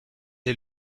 est